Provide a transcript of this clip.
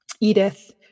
Edith